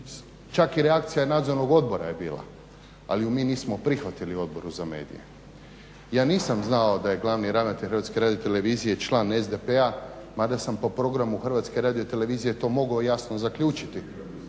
Čak i reakcija nadzornog odbora je bila. Ali je mi nismo prihvatili u Odboru za medije. Ja nisam znao da je Glavni ravnatelj HRT-a član SDP-a mada sam po programu HRT-a to mogao jasno zaključiti,